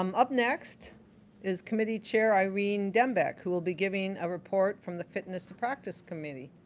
um up next is committee chair, irene dembek who will be giving a report from the fitness to practise committee.